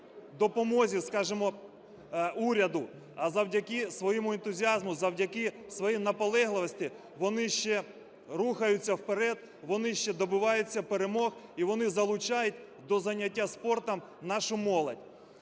допомозі, скажемо, уряду, а завдяки своєму ентузіазму, завдяки своїй наполегливості вони ще рухаються вперед, вони ще добиваються перемог і вони залучають до зайняття спортом нашу молодь.